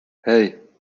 hei